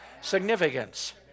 significance